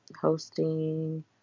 hosting